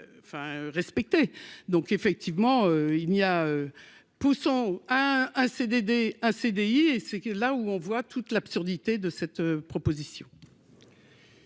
respectés, donc effectivement il n'y a pour un CDD, un CDI, et c'est que là où on voit toute l'absurdité de cette proposition.